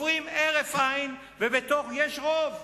עוברים כהרף עין, ויש רוב.